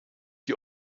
die